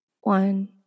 one